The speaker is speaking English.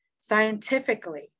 scientifically